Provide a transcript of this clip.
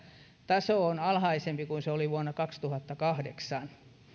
taso oli alhaisempi kuin se oli vuonna kaksituhattakahdeksan